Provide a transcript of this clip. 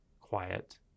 quiet